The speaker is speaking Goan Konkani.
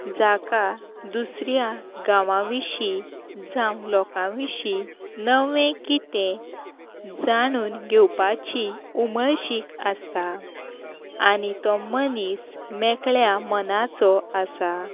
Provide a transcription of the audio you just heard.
जाका दुसऱ्या गांवां विशीं जावं लोकां विशीं नवें कितें जाणून घेवपाची उमळशीक आसता आनी तो मनीस मेकळ्या मनाचो आसा